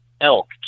elk